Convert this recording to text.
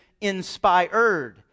inspired